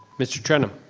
mr. trenum?